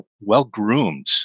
well-groomed